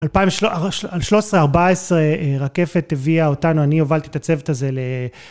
2013-2014 רקפת הביאה אותנו, אני הובלתי את הצוות הזה ל...